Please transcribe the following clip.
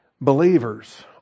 Believers